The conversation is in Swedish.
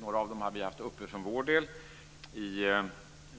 Några av dem har vi haft uppe för vår del i